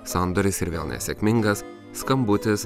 sandoris ir vėl nesėkmingas skambutis